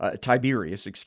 Tiberius